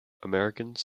americans